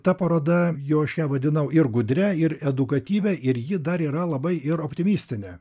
ta paroda jau aš ją vadinau ir gudria ir edukatyvia ir ji dar yra labai ir optimistinė